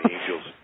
angels